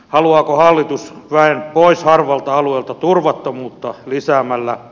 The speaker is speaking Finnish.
haluaako hallitus väen pois harvalta alueelta turvattomuutta lisäämällä